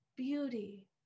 beauty